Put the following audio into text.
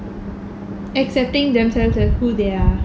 accepting themselves as who they are